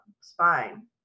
spine